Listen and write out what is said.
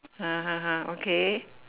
ha ha ha okay